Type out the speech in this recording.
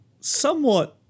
somewhat